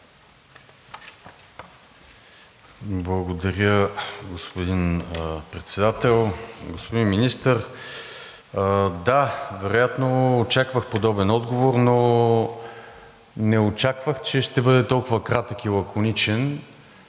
Благодаря, господин Председател. Господин Министър, да, вероятно очаквах подобен отговор, но не очаквах, че ще бъде толкова кратък и лаконичен,